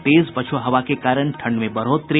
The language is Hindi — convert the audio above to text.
और तेज पछ्आ हवा के कारण ठंड में बढ़ोतरी